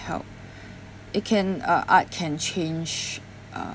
help it can uh art can change uh